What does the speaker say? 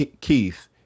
Keith